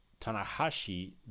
Tanahashi